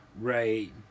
Right